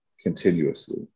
continuously